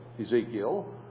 Ezekiel